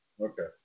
Okay